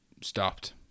stopped